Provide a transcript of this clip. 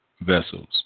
vessels